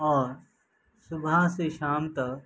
اور صبح سے شام تک